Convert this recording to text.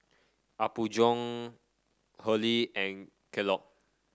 Apgujeong Hurley and Kellogg